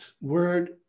word